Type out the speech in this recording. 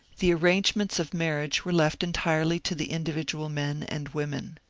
the arrangements of marriage were left entirely to the in dividual men and women.